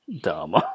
dumb